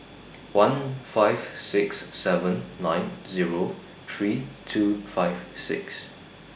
one five six seven nine Zero three two five six